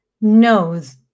knows